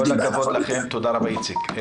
כל הכבוד לכם, תודה רבה, איציק.